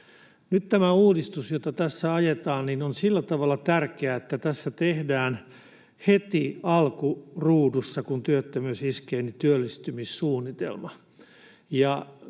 Nyt tämä uudistus, jota tässä ajetaan, on sillä tavalla tärkeä, että tässä tehdään heti alkuruudussa, kun työttömyys iskee, työllistymissuunnitelma.